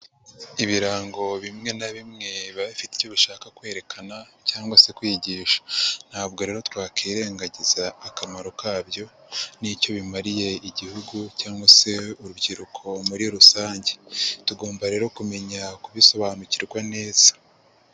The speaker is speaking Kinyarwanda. Ibirango bimwe na bimwe biba bifite icyo bishaka kwerekana cyangwa se kwigisha. Ntabwo rero twakirengagiza akamaro kabyo n'icyo bimariye igihugu cyangwa se urubyiruko muri rusange. Tugomba rero kumenya kubisobanukirwa neza.